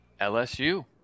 LSU